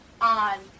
on